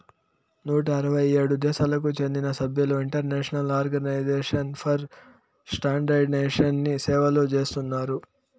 నూట అరవై ఏడు దేశాలకు చెందిన సభ్యులు ఇంటర్నేషనల్ ఆర్గనైజేషన్ ఫర్ స్టాండర్డయిజేషన్ని సేవలు చేస్తున్నారు